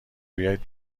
بیایید